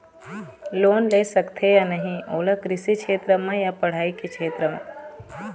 Loan ले सकथे या नहीं ओला कृषि क्षेत्र मा या पढ़ई के क्षेत्र मा?